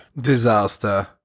Disaster